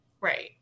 Right